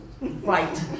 Right